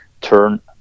turn